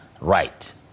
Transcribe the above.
right